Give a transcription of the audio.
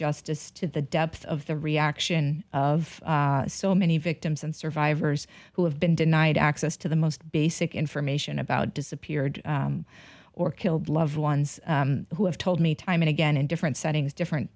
justice to the depth of the reaction of so many victims and survivors who have been denied access to the most basic information about disappeared or killed loved ones who have told me time and again in different settings different